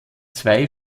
zwei